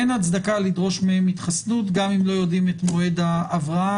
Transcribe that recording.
אין הצדקה לדרוש מהם התחסנות גם אם לא יודעים את מועד ההבראה,